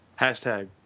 Hashtag